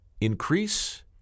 increase